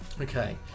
Okay